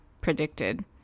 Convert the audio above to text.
predicted